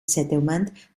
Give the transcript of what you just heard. settlement